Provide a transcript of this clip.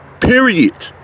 Period